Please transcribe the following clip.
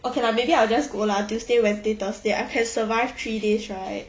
okay lah maybe I'll just go lah tuesday wednesday thursday I can survive three days right